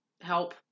help